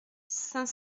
cinq